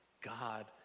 God